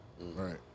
Right